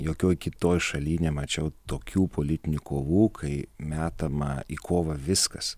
jokioj kitoj šaly nemačiau tokių politinių kovų kai metama į kovą viskas